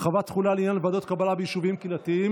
(החזר דמי נסיעה באמבולנס לחולה סיעודי ובעד חולה שנפטר),